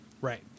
Right